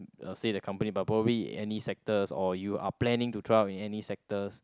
uh say the company but probably any sectors or you are planning to draft in any sectors